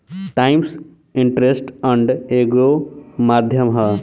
times interest earned एगो माध्यम ह